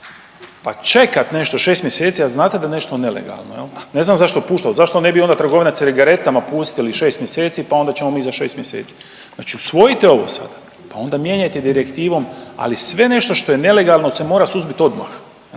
pa čekat nešto 6 mjeseci, a znate da je nešto nelegalno jel, ne znam zašto …/Govornik se ne razumije/…zašto ne bi onda trgovina cigaretama pustili 6 mjeseci, pa onda ćemo mi za 6 mjeseci? Znači usvojite ovo sada, pa onda mijenjajte direktivom, ali sve nešto što je nelegalno se mora suzbit odmah